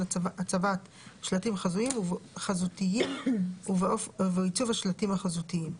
הצבת שלטים חזותיים (2.1.4) ובעיצוב השלטים החזותיים (2.1.6).